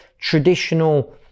traditional